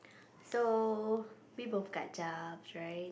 so we both got jobs right